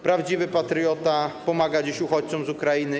Prawdziwy patriota pomaga dziś uchodźcom z Ukrainy.